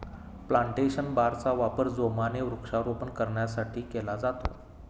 plantation बारचा वापर जोमाने वृक्षारोपण करण्यासाठी केला जातो